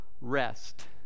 rest